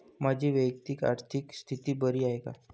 माझी वैयक्तिक आर्थिक स्थिती बरी आहे का?